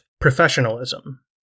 professionalism